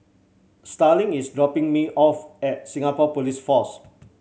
Starling is dropping me off at Singapore Police Force